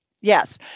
Yes